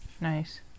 Nice